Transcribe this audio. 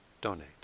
donate